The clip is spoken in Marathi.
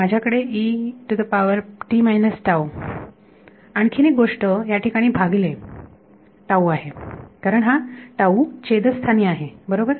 माझ्याकडे आणखीन एक गोष्ट म्हणजे याठिकाणी भागिले आहे कारण हा छेद स्थानी आहे बरोबर